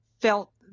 felt